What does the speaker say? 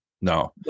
No